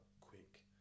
quick